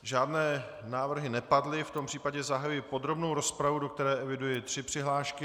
Žádné návrhy nepadly, v tom případě zahajuji podrobnou rozpravu, do které eviduji tři přihlášky.